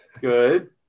good